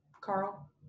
Carl